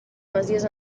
masies